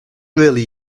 really